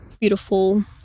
beautiful